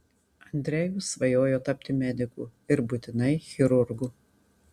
andrejus svajojo tapti mediku ir būtinai chirurgu